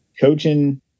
coaching